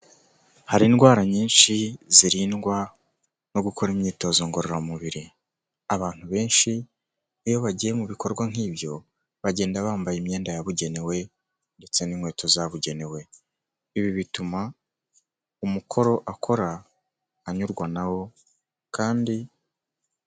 Hari indwara nyinshi zirindwa no gukora imyitozo ngororamubiri, abantu benshi, iyo bagiye mu bikorwa nk'ibyo, bagenda bambaye imyenda yabugenewe, ndetse n'inkweto zabugenewe, ibi bituma umukoro akora anyurwa na wo kandi.